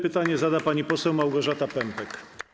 Pytanie zada pani poseł Małgorzata Pępek.